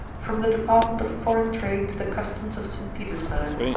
from the department of foreign trade to the customs of st. petersburg.